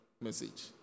message